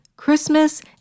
Christmas